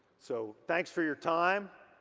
so thanks for you time.